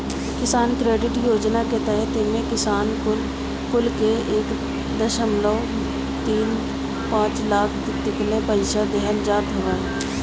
किसान क्रेडिट योजना के तहत एमे किसान कुल के एक दशमलव तीन पाँच लाख तकले पईसा देहल जात हवे